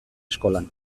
eskolan